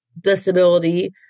disability